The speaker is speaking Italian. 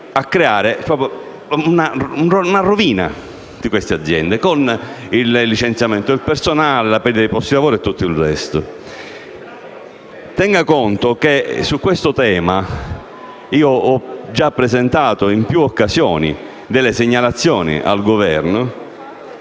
a determinare la rovina di queste aziende, con il licenziamento del personale, la perdita di posti di lavoro e tutto il resto. Si tenga conto che su questo tema ho già presentato in più occasioni delle segnalazioni al Governo,